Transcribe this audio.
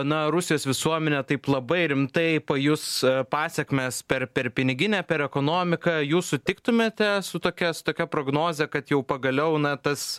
na rusijos visuomenė taip labai rimtai pajus pasekmes per per piniginę per ekonomiką jūs sutiktumėte su tokia su tokia prognoze kad jau pagaliau na tas